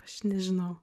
aš nežinau